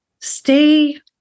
stay